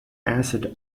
acid